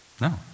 No